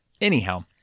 Anyhow